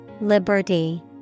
liberty